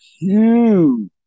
huge